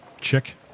chick